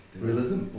Realism